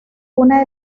una